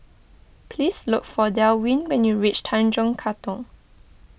please look for Delwin when you reach Tanjong Katong